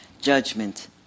judgment